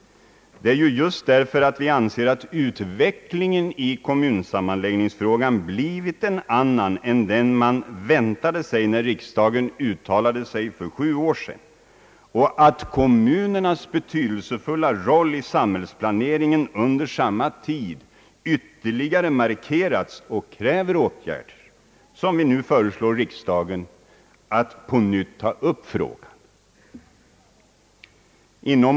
Regering en anser att utvecklingen i sammanläggningsfrågan blivit en annan än den man väntade sig vid riksdagsbeslutet för sju år sedan, samtidigt som kommunernas betydelsefulla roll i samhällsplaneringen under denna tid ytterligare markerats, och att det därför krävs åtgärder. Det är på grund av dessa förhållanden som 'regeringen nu föreslår riksdagen att på nytt ta upp frågan.